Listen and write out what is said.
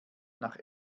nach